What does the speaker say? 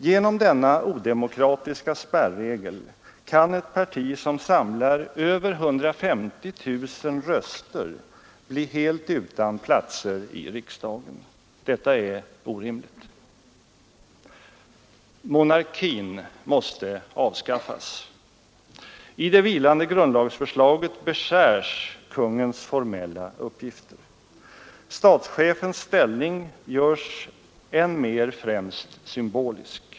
Genom denna odemokratiska spärregel kan ett parti som samlar över 150 000 röster bli helt utan platser i riksdagen. Detta är orimligt. Monarkin måste avskaffas. I det vilande grundlagsförslaget beskärs kungens formella uppgift. Statschefens ställning görs än mer symbolisk.